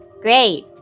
Great